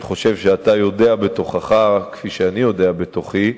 אני חושב שאתה יודע בתוכך, כפי שאני יודע בתוכי,